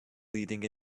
leading